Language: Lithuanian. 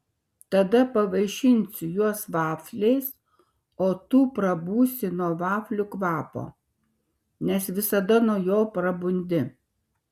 tada pavaišinsiu juos vafliais o tu prabusi nuo vaflių kvapo nes visada nuo jo prabundi